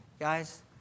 guys